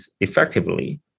effectively